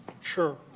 Sure